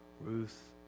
Ruth